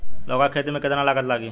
लौका के खेती में केतना लागत लागी?